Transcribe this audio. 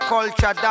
Culture